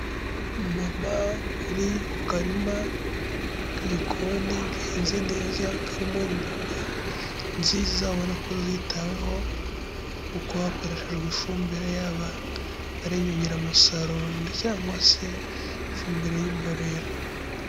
Umumama uri ku karima k'igikoni gahinze neza karimo imboga nziza ubona ko zitaweho, kuko hakoreshejwe ifumbire yaba ari iy'inyongeramusaruro cyangwa se ifumbire y'imborera.